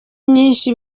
nyinshi